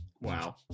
Wow